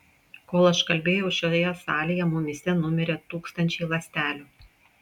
kol aš kalbėjau šioje salėje mumyse numirė tūkstančiai ląstelių